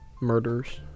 murders